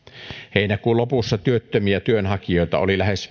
heinäkuun lopussa työttömiä työnhakijoita oli lähes